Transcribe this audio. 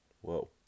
whoa